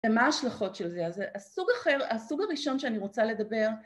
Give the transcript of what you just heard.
מה ההשלכות של זה? אז הסוג הראשון שאני רוצה לדבר